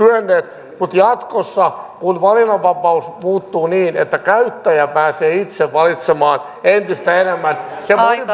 mutta jatkossa kun valinnanvapaus muuttuu niin että käyttäjä pääsee itse valitsemaan entistä enemmän se monipuolistaa ja parantaa palvelua